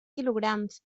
quilograms